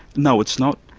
no, it's not,